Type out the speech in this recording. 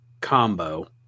combo